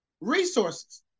resources